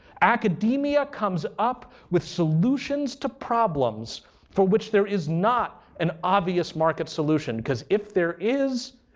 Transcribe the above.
academia comes up with solutions to problems for which there is not an obvious market solution. because if there is,